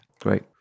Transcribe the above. great